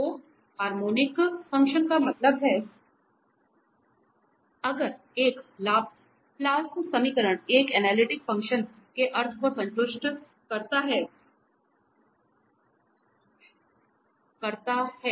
तो harmonic function का मतलब हैं अगर एक लाप्लास समीकरण एक एनालिटिक फंक्शन के अर्थ को संतुष्ट करता है